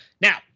Now